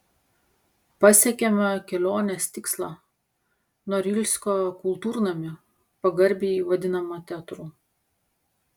pasiekėme kelionės tikslą norilsko kultūrnamį pagarbiai vadinamą teatru